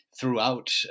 throughout